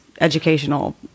educational